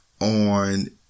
on